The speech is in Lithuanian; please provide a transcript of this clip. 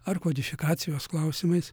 ar kodifikacijos klausimais